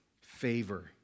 favor